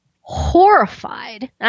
horrified